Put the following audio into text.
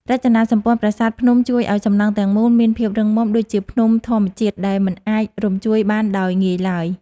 រចនាសម្ព័ន្ធប្រាសាទភ្នំជួយឱ្យសំណង់ទាំងមូលមានភាពរឹងមាំដូចជាភ្នំធម្មជាតិដែលមិនអាចរំញ្ជួយបានដោយងាយឡើយ។